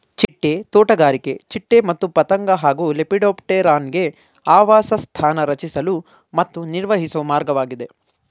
ಚಿಟ್ಟೆ ತೋಟಗಾರಿಕೆ ಚಿಟ್ಟೆ ಮತ್ತು ಪತಂಗ ಹಾಗೂ ಲೆಪಿಡೋಪ್ಟೆರಾನ್ಗೆ ಆವಾಸಸ್ಥಾನ ರಚಿಸಲು ಮತ್ತು ನಿರ್ವಹಿಸೊ ಮಾರ್ಗವಾಗಿದೆ